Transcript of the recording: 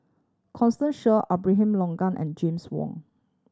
Constance Sheare Abraham Logan and James Wong